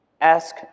Ask